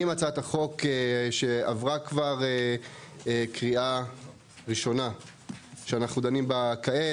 עם הצעת החוק שעברה כבר קריאה ראשונה שאנחנו דנים בה כעת.